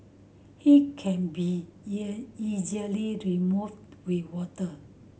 it can be easily removed with water